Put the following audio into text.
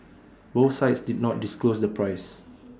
both sides did not disclose the price